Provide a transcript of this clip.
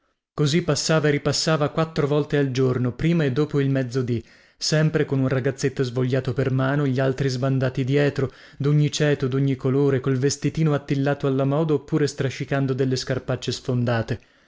così passava e ripassava quattro volte al giorno prima e dopo il mezzodì sempre con un ragazzetto svogliato per mano gli altri sbandati dietro dogni ceto dogni colore col vestitino attillato alla moda oppure strascicando delle scarpacce sfondate